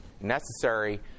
necessary